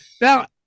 Now